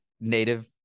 native